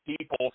people